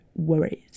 worries